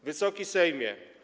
Wysoki Sejmie!